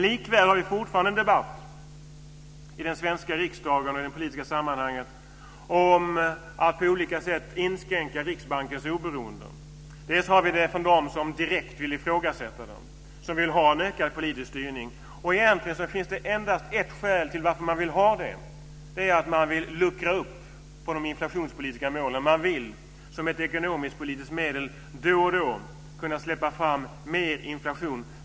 Likväl har vi en debatt i den svenska riksdagen och i de politiska sammanhangen om att på olika sätt inskränka Riksbankens oberoende. Bl.a. har vi de som direkt vill ifrågasätta Riksbanken, dvs. som vill ha en ökad politisk styrning. Egentligen finns det endast ett skäl till varför man vill ha det, nämligen att luckra upp de inflationspolitiska målen - man vill som ett ekonomisk-politiskt medel då och då släppa fram mer inflation.